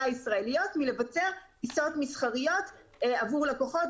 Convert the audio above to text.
הישראליות מלבצע טיסות מסחריות עבור לקוחות,